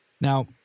Now